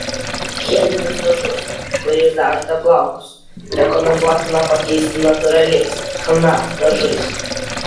cheminius dažus kuriais dažote plaukus rekomenduotina pakeisti natūraliais chna dažais